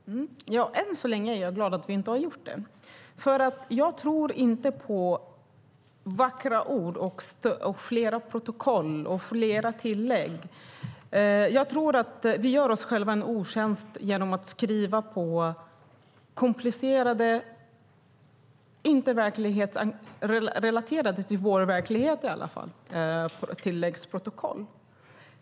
Herr talman! Än så länge är jag glad att vi inte har gjort det, för jag tror inte på vackra ord, fler protokoll och fler tillägg. Jag tror att vi gör oss själva en otjänst genom att skriva på komplicerade tilläggsprotokoll som inte är relaterade till vår verklighet.